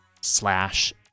slash